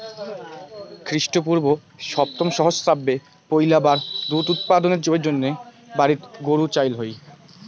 খ্রীষ্টপূর্ব সপ্তম সহস্রাব্দে পৈলাবার দুধ উৎপাদনের জইন্যে বাড়িত গরু চইল হই